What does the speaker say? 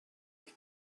have